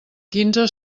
quinze